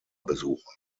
besuchen